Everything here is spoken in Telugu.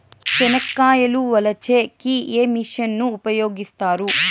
చెనక్కాయలు వలచే కి ఏ మిషన్ ను ఉపయోగిస్తారు?